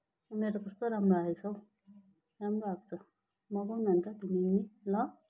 यो मेरो त कस्तो राम्रो आएछ हो राम्रो आएको छ मगाऊ न अन्त तिमी पनि ल